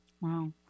Wow